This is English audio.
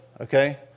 Okay